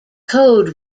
code